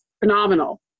phenomenal